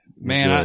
man